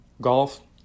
Golf